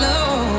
Love